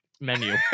menu